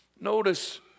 Notice